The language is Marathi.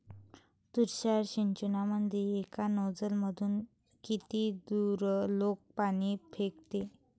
तुषार सिंचनमंदी एका नोजल मधून किती दुरलोक पाणी फेकते?